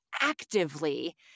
actively